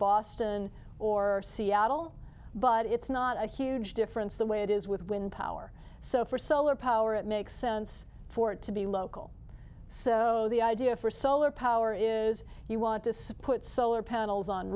boston or seattle but it's not a huge difference the way it is with wind power so for solar power it makes sense for it to be local so the idea for solar power is you want to support solar panels on